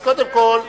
אז קודם כול,